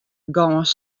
gâns